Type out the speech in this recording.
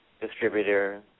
distributor